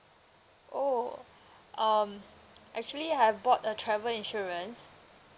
oh um actually I have bought a travel insurance